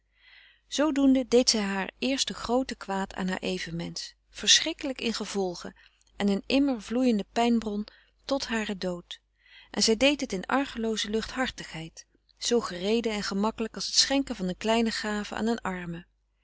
zoodoende deed zij haar eerste groote kwaad aan haar evenmensch verschrikkelijk in gevolgen en een immer vloeiende pijnbron tot haren dood en zij deed het in argelooze luchthartigheid zoo gereede en gemakkelijk als het schenken van een kleine gave aan een arme